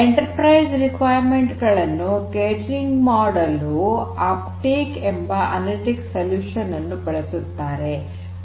enterprise requirement ಗಳನ್ನು ಪೂರೈಕೆ ಮಾಡಲು ಅಪ್ಟೇಕ್ ಎಂಬ ಅನಲಿಟಿಕ್ ಪರಿಹಾರವನ್ನು ಬಳಸುತ್ತಾರೆ